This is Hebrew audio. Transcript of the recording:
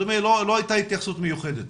לא הייתה התייחסות מיוחדת?